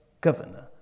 governor